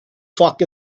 fuck